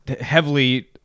heavily